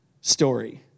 story